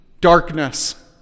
darkness